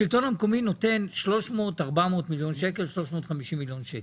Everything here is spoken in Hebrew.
השלטון המקומי נותן 350 מיליון שקל.